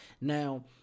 Now